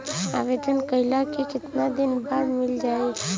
आवेदन कइला के कितना दिन बाद मिल जाई?